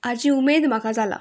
हाजी उमेद म्हाका जाला